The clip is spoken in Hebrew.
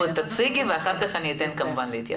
תציגי ואחר כך אתן כמובן להתייחס.